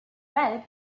red